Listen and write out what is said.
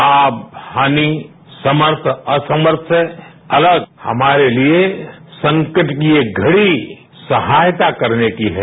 लाम हानि समर्थ असमर्थ से अलग हमारे लिये संकट की ये घड़ी सहायता करने की है